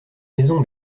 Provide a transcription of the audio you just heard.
maison